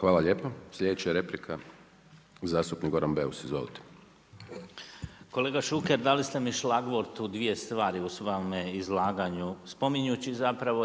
Hvala lijepo. Sljedeća je replika zastupnik Goran Beus. **Beus Richembergh, Goran (Nezavisni)** Kolega Šuker dali ste mi šlagvort u dvije stvari u svome izlaganju spominjući zapravo